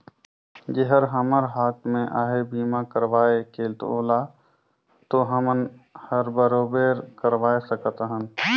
जेहर हमर हात मे अहे बीमा करवाये के ओला तो हमन हर बराबेर करवाये सकत अहन